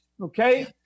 Okay